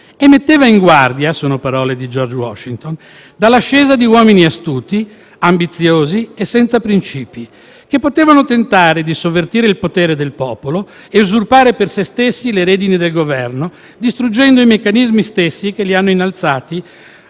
e metteva in guardia - sono parole di George Washington - dall'ascesa di «uomini astuti, ambiziosi e senza princìpi» che potevano tentare di «sovvertire il potere del popolo» e «usurpare per se stessi le redini del governo, distruggendo i meccanismi stessi che li hanno innalzati